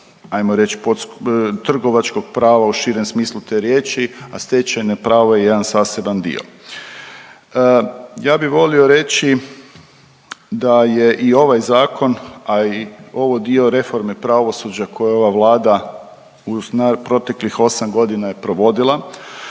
ajmo reć trgovačkog prava u širem smislu te riječi, a stečajno pravo je jedan zaseban dio. Ja bi volio reći da je i ovaj zakon, a i ovo dio reforme pravosuđe koje ova Vlada u proteklih osam godina je provodila